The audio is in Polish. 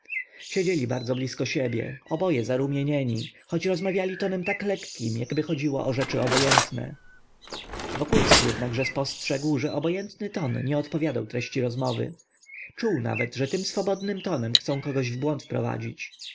siedzieli bardzo blisko siebie oboje zarumienieni choć rozmawiali tonem tak lekkim jakby chodziło o rzeczy obojętne wokulski jednakże spostrzegł że obojętny ton nie odpowiada treści rozmowy czuł nawet że tym swobodnym tonem chcą kogoś w błąd wprowadzić